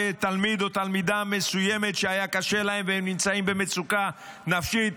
ותלמיד או תלמידה מסוימת שהיה קשה להם והם נמצאים במצוקה נפשית,